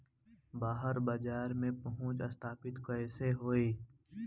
बाहर बाजार में पहुंच स्थापित कैसे होई?